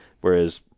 Whereas